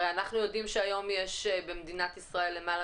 הרי אנחנו יודעים שהיום במדינת ישראל יש למעלה